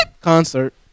concert